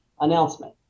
announcement